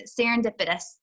serendipitous